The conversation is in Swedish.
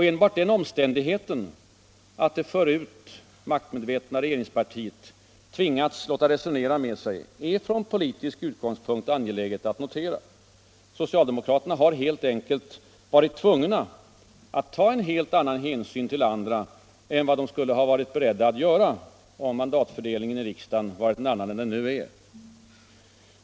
Enbart den omständigheten att det förut maktmedvetna regeringspartiet tvingas låta resonera med sig är från politisk utgångspunkt angeläget att notera. Socialdemokraterna har helt enkelt varit tvungna att ta en helt annan hänsyn till andra än vad de skulle ha varit beredda att göra om mandatfördelningen i riksdagen varit en annan än den är.